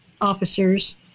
officers